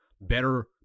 better